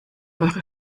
eure